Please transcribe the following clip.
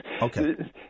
Okay